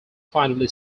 finally